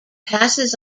passes